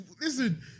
listen